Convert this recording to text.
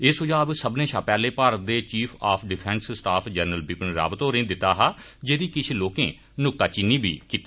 एह सुझाव सब्बनै शा पैहले भारत दे chief of defence staff general Vipin Rawat होरें दिता हा जेदी किश लोकें नुक्ताचीनी बी कीती